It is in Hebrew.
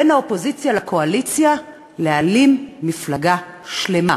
בין האופוזיציה לקואליציה להעלים מפלגה שלמה,